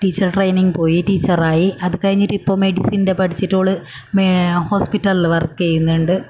teacher training പോയി teacher ആയി അതുകഴിഞ്ഞിട്ട് ഇപ്പം മെഡിസിൻ്റെ പഠിച്ചിട്ട് ഓൾ മേ ഹോസ്പിറ്റലിൽ വർക്ക് ചെയ്യുന്നുണ്ട്